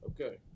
Okay